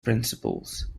principles